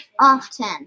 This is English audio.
often